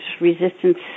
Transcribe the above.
Resistance